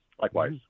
likewise